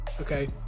Okay